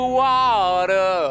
water